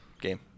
game